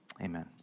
Amen